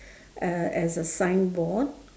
uh as a sign board